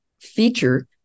feature